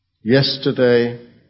yesterday